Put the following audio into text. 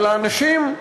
אבל האנשים,